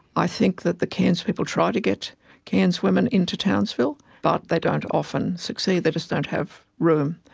i think that the cairns people try to get cairns women into townsville but they don't often succeed, they just don't have room.